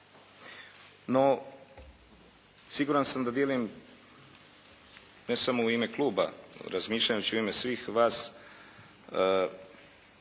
No, siguran sam da dijelim ne samo u ime kluba razmišljajući u ime svih vas stav da